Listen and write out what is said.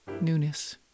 newness